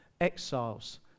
exiles